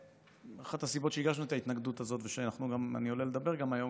אחת הסיבות שהגשנו את ההתנגדות הזאת ושאני עולה לדבר גם היום,